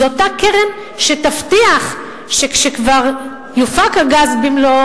זו אותה קרן שתבטיח שכשכבר יופק הגז במלואו,